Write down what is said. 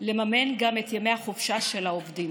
לממן גם את ימי החופשה של העובדים.